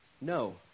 no